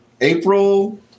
April